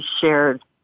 shared